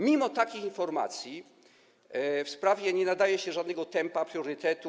Mimo takich informacji tej sprawie nie nadaje się żadnego tempa, priorytetu.